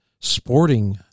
sporting